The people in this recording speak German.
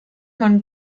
man